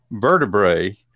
vertebrae